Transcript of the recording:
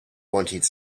wanted